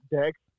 Dex